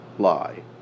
lie